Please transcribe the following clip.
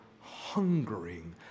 hungering